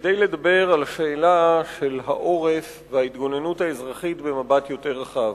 כדי לדבר על השאלה של העורף וההתגוננות האזרחית במבט יותר רחב.